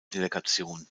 delegation